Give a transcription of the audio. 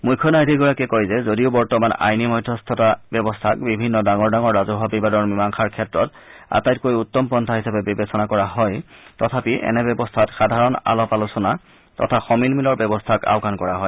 মুখ্য ন্যায়াধীশগৰাকীয়ে কয় যে যদিও বৰ্তমান আইনী মধ্যস্থতা ব্যৱস্থাক বিভিন্ন ডাঙৰ ডাঙৰ ৰাজহুৱা বিবাদৰ মীমাসাংৰ ক্ষেত্ৰত আটাইতকৈ উত্তম পন্থা হিচাপে বিবেচনা কৰা হয় তথাপি এনে ব্যৱস্থাত সাধাৰণ আলাপ আলোচনা তথা সমিল মিলৰ ব্যৱস্থাক আওকাণ কৰা হয়